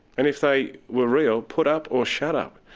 and if they were real, put up or shut up.